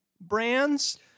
brands